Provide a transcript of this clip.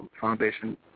foundation